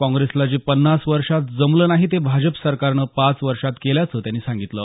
काँग्रेसला जे पन्नास वर्षात जमलं नाही ते भाजप सरकारनं पाच वर्षात केल्याचं त्यांनी सांगितलं